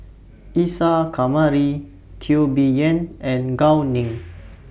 Isa Kamari Teo Bee Yen and Gao Ning